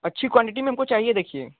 अच्छी क्वांटिटी में चाहिये हमको देखिये